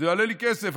זה יעלה לי כסף,